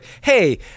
hey